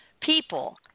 people